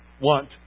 want